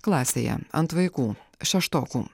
klasėje ant vaikų šeštokų